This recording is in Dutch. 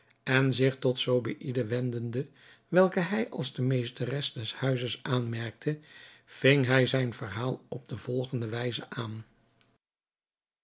en zich tot zobeïde wendende welke hij als de meesteres des huizes aanmerkte ving hij zijn verhaal op de volgende wijze aan